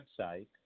website